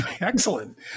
Excellent